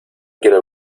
quiero